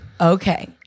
okay